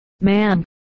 Man